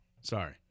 Sorry